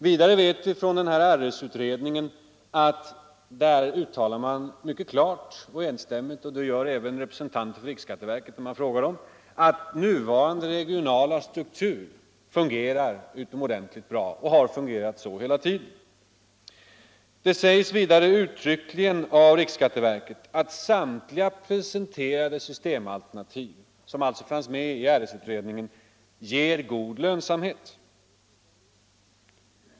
Vidare vet vi att RS utredningen mycket klart och enstämmigt uttalar — och det gör även representanter för riksskatteverket när man frågar dem — att nuvarande regionala struktur fungerar utomordentligt bra och har gjort det hela tiden. Det sägs vidare uttryckligen av riksskatteverket att samtliga presenterade systemalternativ, som alltså finns med i RS-utredningen, ger god lönsamhet.